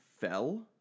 fell